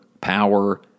power